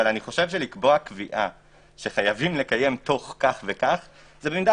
לקבוע שחייבים לקיים תוך כך וכך זה במידה